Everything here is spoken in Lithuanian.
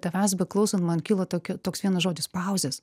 tavęs beklausan man kilo tokia toks vienas žodis pauzės